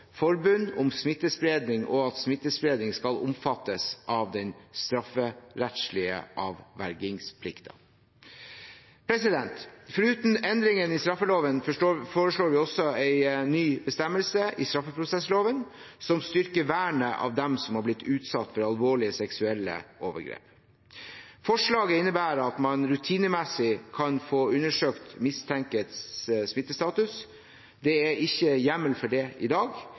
forbund om smittespredning, og at smittespredning skal omfattes av den strafferettslige avvergingsplikten. Foruten endringene i straffeloven foreslår vi også en ny bestemmelse i straffeprosessloven, som styrker vernet av dem som har blitt utsatt for alvorlige seksuelle overgrep. Forslaget innebærer at man rutinemessig kan få undersøkt mistenktes smittestatus. Det er ikke hjemmel for det i dag.